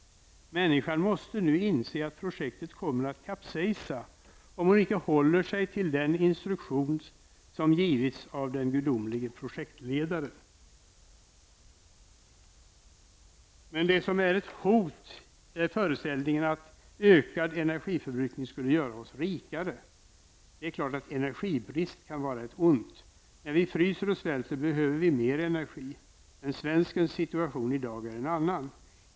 Människan måste nu inse att projektet kommer att kapsejsa, om hon inte håller sig till den instruktion som givits av den gudomlige projektledaren.'' Det som är ett hot, är förställningen att ökad energiförbrukning skulle göra oss rikare. Det är klart att energibrist kan vara ett ont. När vi fryser och svälter behöver vi mer energi. Men svenskens situation i dag är en annan.